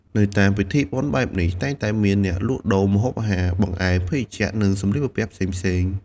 នៅតាមពិធីបុណ្យបែបនេះ តែងតែមានអ្នកលក់ដូរម្ហូបអាហារ បង្អែម ភេសជ្ជៈ និងសម្លៀកបំពាក់ផ្សេងៗ។